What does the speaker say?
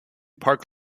park